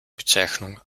bezeichnung